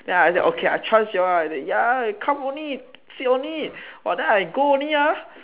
then I say okay I trust you all ah ya come only sit only !wah! then I go only ah